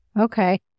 Okay